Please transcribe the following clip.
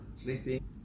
sleeping